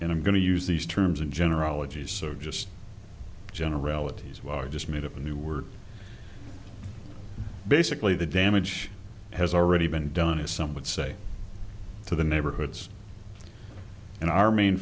and i'm going to use these terms in generalities so just generalities well i just made up a new word basically the damage has already been done is some would say to the neighborhoods and our main